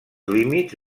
límits